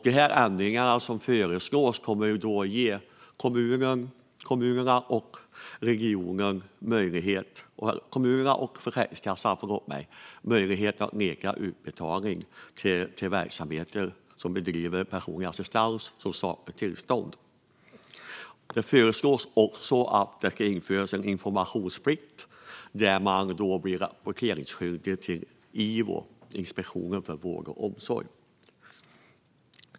De ändringar som föreslås kommer att ge kommunerna och Försäkringskassan möjlighet att neka utbetalning till verksamheter som bedriver personlig assistans och som saknar tillstånd. Det föreslås också att det ska införas en informationsplikt där man blir rapporteringsskyldig till Ivo, det vill säga Inspektionen för vård och omsorg.